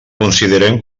considerem